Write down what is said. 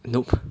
nope